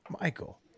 Michael